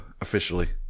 officially